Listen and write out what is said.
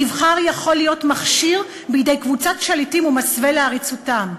"יכול להיות מכשיר בידי קבוצת שליטים ומסווה לעריצותם.